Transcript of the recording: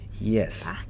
Yes